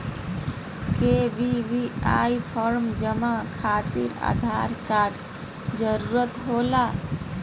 KYC form जमा खातिर Aadhaar card जरूरी होला?